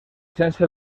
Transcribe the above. sense